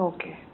Okay